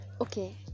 okay